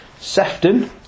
Sefton